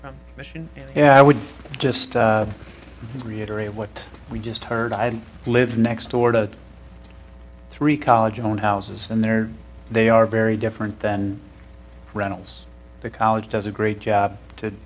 from mission yeah i would just reiterate what we just heard i lived next door to three college own houses and there they are very different than runnels the college does a great job to